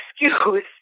excuse